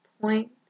point